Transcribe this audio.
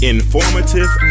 Informative